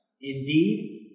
Indeed